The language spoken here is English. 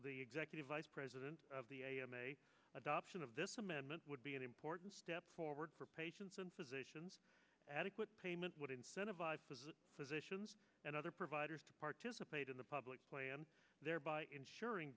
the executive vice president of the a m a adoption of this amendment would be an important step forward for patients and physicians adequate payment would incentive positions and other providers to participate in the public plan thereby ensuring